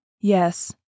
Yes